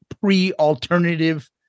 pre-alternative